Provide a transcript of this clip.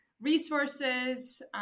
resources